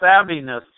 savviness